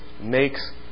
makes